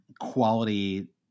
Quality